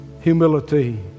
Humility